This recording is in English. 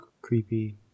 creepy